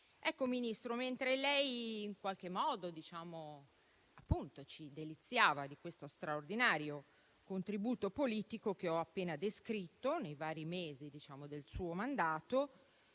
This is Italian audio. Signor Ministro, mentre lei in qualche modo ci deliziava di questo straordinario contributo politico che ho appena descritto, nei vari mesi del suo mandato,